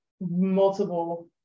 multiple